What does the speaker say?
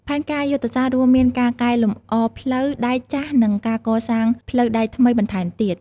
ផែនការយុទ្ធសាស្ត្ររួមមានការកែលម្អផ្លូវដែកចាស់និងការសាងសង់ផ្លូវដែកថ្មីបន្ថែមទៀត។